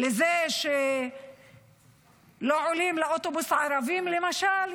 לזה שלא עולים לאוטובוס ערבים, למשל?